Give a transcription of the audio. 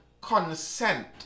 consent